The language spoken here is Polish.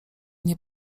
nie